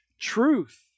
truth